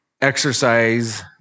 exercise